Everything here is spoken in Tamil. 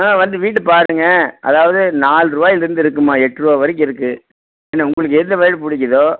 ஆ வந்து வீட்டை பாருங்க அதாவது நாலு ரூபாயிலிருந்து இருக்குதுங்கம்மா எட்டு ரூபா வரைக்கும் இருக்குது என்ன உங்களுக்கு எந்த வீடு பிடிக்கிதோ